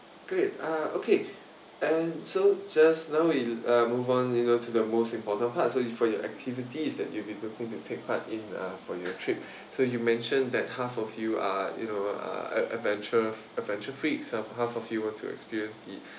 okay ah okay and so just now we uh move on to the most important part so you for your activity is that you'll be talking to take part in uh for your trip so you mentioned that half of you are you know are adventure adventure freaks so half of you want to experience the